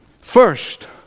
First